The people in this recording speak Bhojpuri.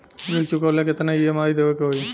ऋण चुकावेला केतना ई.एम.आई देवेके होई?